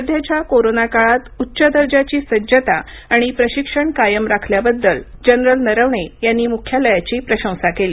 सध्याच्या कोरोना काळात उच्च दर्जाची सज्जता आणि प्रशिक्षण कायम राखल्याबद्दल जनरल नरवणे यांनी मुख्यालयाची प्रशंसा केली